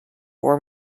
war